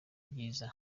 ryiza